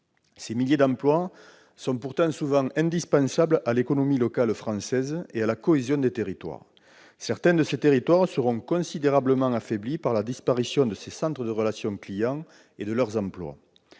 Ces milliers d'emplois sont pourtant souvent indispensables à l'économie locale française et à la cohésion des territoires. Certains de ces territoires seront considérablement affaiblis par la disparition des centres de « relation clients » et de leurs emplois.